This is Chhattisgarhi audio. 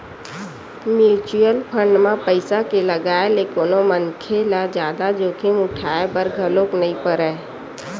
म्युचुअल फंड म पइसा के लगाए ले कोनो मनखे ल जादा जोखिम उठाय बर घलो नइ परय